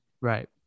Right